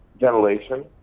Ventilation